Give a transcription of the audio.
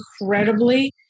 incredibly